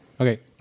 Okay